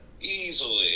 easily